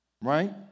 right